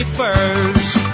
first